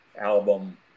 album